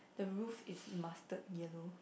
the roof is mustard yellow